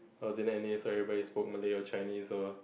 I was in N_A so everybody spoke Malay or Chinese or